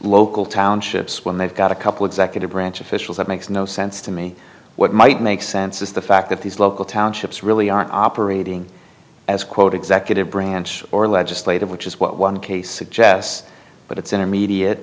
local townships when they've got a couple executive branch officials it makes no sense to me what might make sense is the fact that these local townships really aren't operating as quote executive branch or legislative which is what one case suggests but it's intermediate